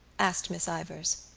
asked miss ivors.